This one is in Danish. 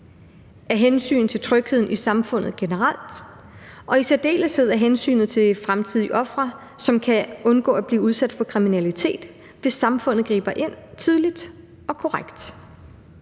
af hensyn til trygheden i samfundet generelt og i særdeleshed af hensyn til fremtidige ofre, som kan undgå at blive udsat for kriminalitet, hvis samfundet griber ind tidligt og korrekt.